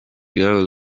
igaragaza